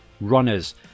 Runners